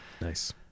Nice